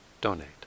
donate